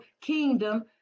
kingdom